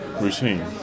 routine